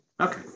Okay